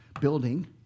building